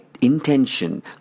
intention